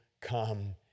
come